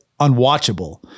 unwatchable